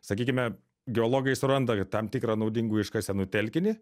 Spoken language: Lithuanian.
sakykime geologai suranda tam tikrą naudingų iškasenų telkinį